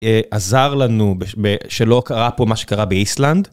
עזר לנו שלא קרה פה מה שקרה באיסלנד.